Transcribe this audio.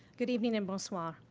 good evening and bonsoir.